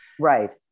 Right